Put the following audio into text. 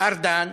ארדן